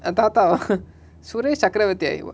அந்தாத்தா:anththaatha sureshsakkaravarthi !aiyo!